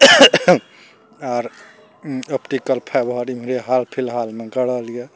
आओर optical fibre इमहरे हाल फिलहालमे गड़ल यऽ